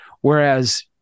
Whereas